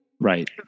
right